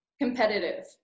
Competitive